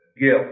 guilt